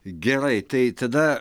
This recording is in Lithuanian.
gerai tai tada